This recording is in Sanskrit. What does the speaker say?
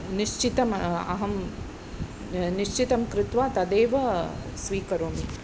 निश्चितम् अहं निश्चितं कृत्वा तदेव स्वीकरोमि